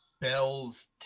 bells